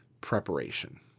preparation